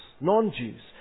non-Jews